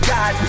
God